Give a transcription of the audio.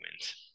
wins